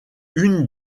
une